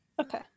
Okay